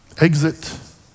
Exit